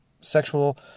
sexual